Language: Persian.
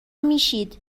میشید